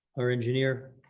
our engineer.